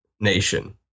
nation